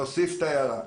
נוסיף את ההערה.